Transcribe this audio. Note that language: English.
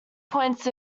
points